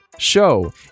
show